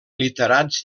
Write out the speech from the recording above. literats